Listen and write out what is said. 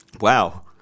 wow